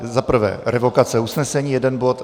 Za prvé, revokace usnesení, jeden bod.